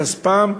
מכספן,